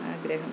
ആഗ്രഹം